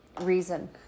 reason